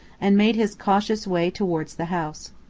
and made his cautious way towards the house.